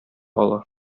ала